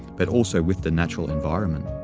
but also with the natural environment.